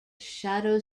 shadow